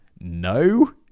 no